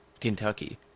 Kentucky